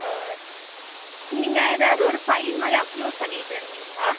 நீங்கள் ஏதாவது ஒரு ஃபைல் மாதிரி அப்லோட் பண்ணிகிட்டுருந்திங்களா